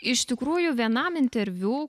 iš tikrųjų vienam interviu